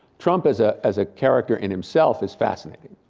trump as ah as a character in himself is fascinating,